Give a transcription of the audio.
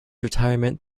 retirement